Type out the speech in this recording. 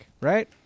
right